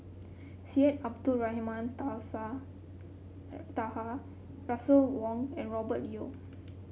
Syed Abdulrahman Tasa Taha Russel Wong and Robert Yeo